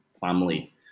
family